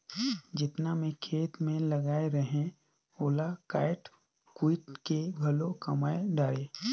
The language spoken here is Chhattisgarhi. जेतना मैं खेत मे लगाए रहें ओला कायट कुइट के घलो कमाय डारें